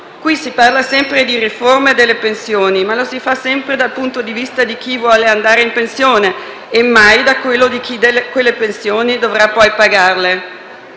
Qui si parla sempre di riforma delle pensioni, ma lo si fa sempre dal punto di vista di chi vuole andare in pensione e mai da quello di chi quelle pensioni dovrà poi pagarle.